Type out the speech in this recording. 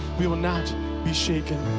we will not be shaken.